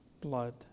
blood